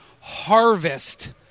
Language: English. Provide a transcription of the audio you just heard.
harvest